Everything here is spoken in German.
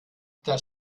das